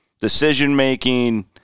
Decision-making